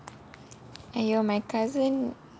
!aiyo! my cousin